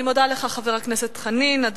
חבר הכנסת חנין, אני מודה לך.